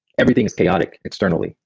everything is chaotic externally,